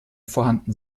vorhanden